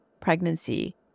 pregnancy